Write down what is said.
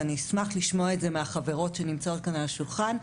ואני אשמח לשמוע את זה מהחברות שנמצאות כאן על השולחן,